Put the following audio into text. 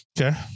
okay